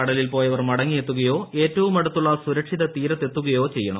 കടലിൽ പോയവർ മടങ്ങിയെത്തുകയോ ഏറ്റവും അടുത്തുള്ള സുരക്ഷിത തീരത്തെത്തുകയോ ചെയ്യണം